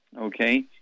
Okay